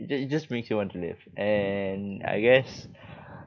you just you just makes you want to live and I guess